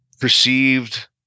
perceived